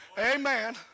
Amen